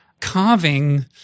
carving